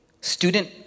student